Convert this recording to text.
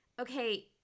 okay